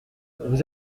vous